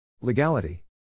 Legality